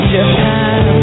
Japan